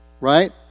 right